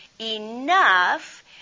enough